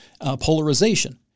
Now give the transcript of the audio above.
polarization